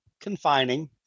Confining